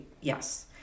Yes